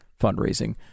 fundraising